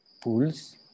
Pool's